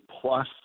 plus